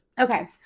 okay